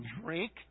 drink